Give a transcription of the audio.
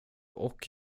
och